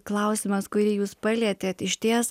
klausimas kurį jūs palietėt išties